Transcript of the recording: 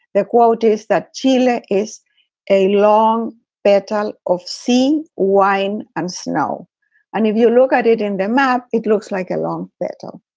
the quote is that jela is a long battle of sea wine and snow and if you look at it in the map, it looks like a long battle.